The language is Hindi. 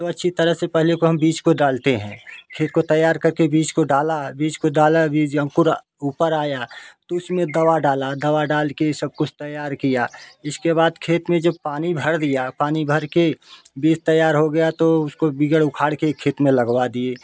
तो अच्छी तरह से पहले को बीज को डालते हैं खेत को तैयार करके बीज को डाला बीज को डाला बीज अंकुर ऊपर आया तो उसमें दवा डाला दवा डाल के सब कुछ तैयार किया जिसके बाद खेत में जब पानी भर दिया पानी भर के बीज तैयार हो गया तो उसको बिगड़ उखाड़ के खेत में लगवा दिए